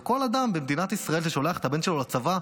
או כל אדם במדינת ישראל ששולח את הבן שלו לצבא,